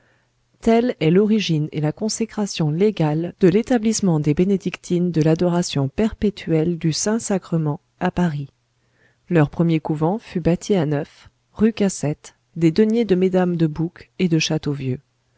telle est l'origine et la consécration légale de l'établissement des bénédictines de l'adoration perpétuelle du saint-sacrement à paris leur premier couvent fut bâti à neuf rue cassette des deniers de mesdames de boucs et de châteauvieux